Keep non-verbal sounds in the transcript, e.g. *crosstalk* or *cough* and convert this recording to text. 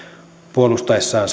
puolustaessaan *unintelligible*